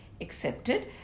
accepted